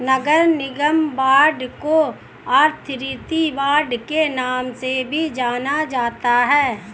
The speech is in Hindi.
नगर निगम बांड को अथॉरिटी बांड के नाम से भी जाना जाता है